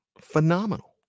phenomenal